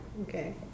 okay